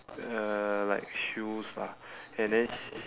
uh like shoes lah and then